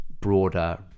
broader